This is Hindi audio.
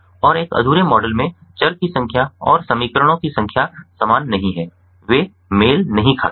और एक अधूरे मॉडल में चर की संख्या और समीकरणों की संख्या समान नहीं हैं वे मेल नहीं खाते हैं